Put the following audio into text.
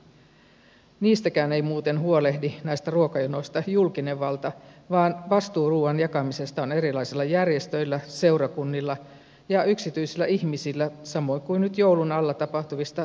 näistä ruokajonoistakaan ei muuten huolehdi julkinen valta vaan vastuu ruuan jakamisesta samoin kuin nyt joulun alla tapahtuvista hyväntekeväisyyskeräyksistäkin on erilaisilla järjestöillä seurakunnilla ja yksityisillä ihmisillä sama kuin nyt joulun alla tapahtuvista